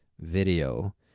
video